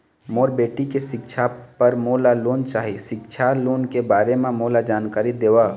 मोर बेटी के सिक्छा पर मोला लोन चाही सिक्छा लोन के बारे म मोला जानकारी देव?